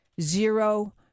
zero